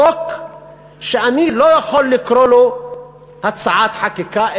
חוק שאני לא יכול לקרוא לו הצעת חקיקה,